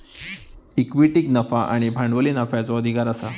इक्विटीक नफा आणि भांडवली नफ्याचो अधिकार आसा